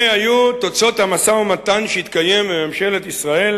מה היו תוצאות המשא-ומתן שהתקיים בממשלת ישראל